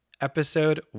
Episode